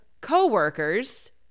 co-workers